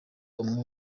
umwe